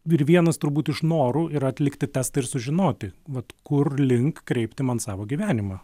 ir vienas turbūt iš norų yra atlikti testą ir sužinoti vat kur link kreipti man savo gyvenimą